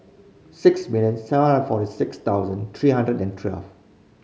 six million seven hundred forty six thousand three hundred and twelve